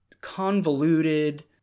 convoluted